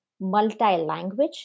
multi-language